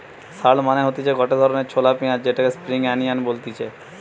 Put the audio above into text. shallot মানে হতিছে গটে ধরণের ছলা পেঁয়াজ যেটাকে স্প্রিং আনিয়ান বলতিছে